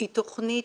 היא תכנית